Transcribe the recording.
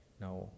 now